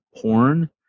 porn